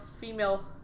female